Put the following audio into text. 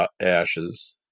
ashes